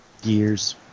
gears